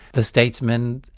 the statesmen,